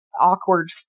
awkward